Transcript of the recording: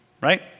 right